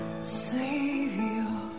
Savior